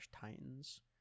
Titans